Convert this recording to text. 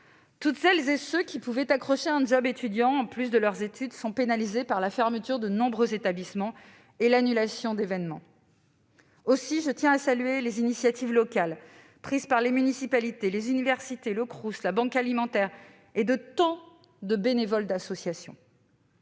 Toutes celles et tous ceux qui avaient un job étudiant en plus de leurs études se trouvent pénalisés par la fermeture de nombreux établissements et l'annulation d'événements. Aussi, je tiens à saluer les initiatives locales prises par les municipalités, les universités, les Crous et les banques alimentaires, ainsi que par tant de bénévoles des associations